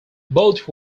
both